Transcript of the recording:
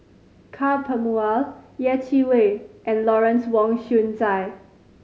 Ka Perumal Yeh Chi Wei and Lawrence Wong Shyun Tsai